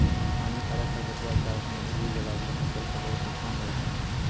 हानिकारक खरपतवार चास मॅ उगी गेला सा फसल कॅ बहुत नुकसान होय छै